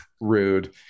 rude